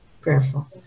prayerful